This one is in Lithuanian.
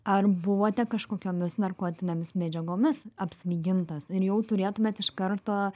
ar buvote kažkokiomis narkotinėmis medžiagomis apsvaigintas ir jau turėtumėt iš karto